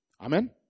Amen